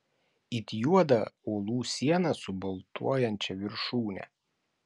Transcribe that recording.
it juodą uolų sieną su baltuojančia viršūne